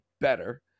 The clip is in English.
better